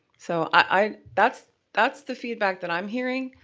so i, that's that's the feedback that i'm hearing.